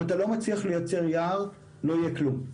אם אתה לא מצליח לייצר יער, לא יהיה כלום,